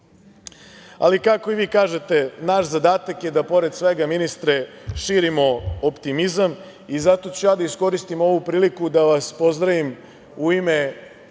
mi. Ali, kako i vi kažete, naš zadatak je da pored svega, ministre, širimo optimizam i zato ću ja da iskoristim ovu priliku da vas pozdravim u ime